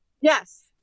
Yes